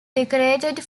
decorated